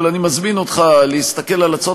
אבל אני מזמין אותך להסתכל על הצעות